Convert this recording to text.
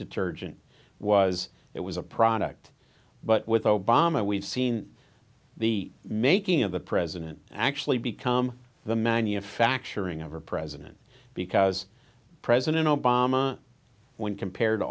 detergent was it was a product but with obama we've seen the making of the president actually become the manufacturing of a president because president obama when compared to